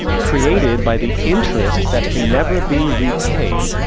created by the interest that can never be re-payed,